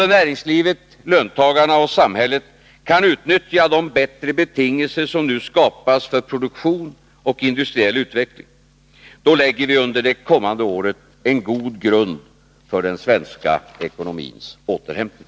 Om näringslivet, löntagarna och samhället kan utnyttja de bättre betingelser som nu skapas för produktion och industriell utveckling, lägger vi under det kommande året en god grund för den svenska ekonomins återhämtning.